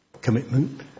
Commitment